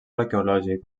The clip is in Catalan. arqueològic